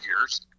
years